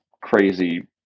crazy